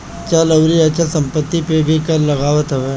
चल अउरी अचल संपत्ति पे भी कर लागत हवे